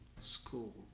school